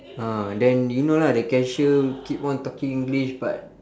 ah then you know lah the cashier keep on talking english but